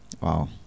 Wow